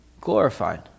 glorified